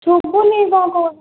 ଶୁଭୁନି କ'ଣ କହୁ